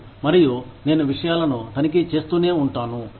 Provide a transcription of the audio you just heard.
మరియు నేను విషయాలను తనిఖీ చేస్తూనే ఉంటాను